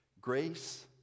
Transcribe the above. grace